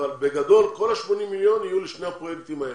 אבל בגדול כל ה-80 מיליון יהיו לשני הפרויקטים האלה.